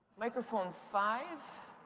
microphone five?